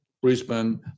Brisbane